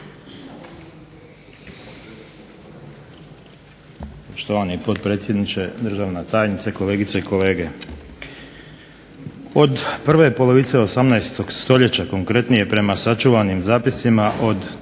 Od prve polovice 18. stoljeća, konkretnije prema sačuvanim zapisima od